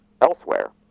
elsewhere